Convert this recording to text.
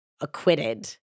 acquitted